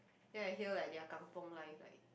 then I hear like their kampung life like